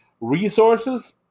resources